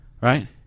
right